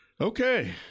Okay